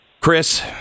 Chris